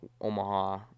Omaha